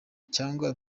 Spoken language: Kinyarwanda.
cyangwa